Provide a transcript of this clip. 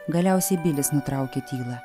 galiausiai bilis nutraukė tylą